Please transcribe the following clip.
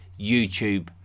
YouTube